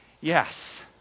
yes